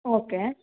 okay